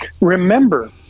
Remember